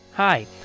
Hi